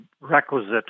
requisite